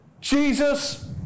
Jesus